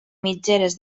mitgeres